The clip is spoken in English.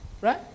Right